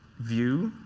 view.